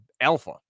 alpha